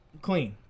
clean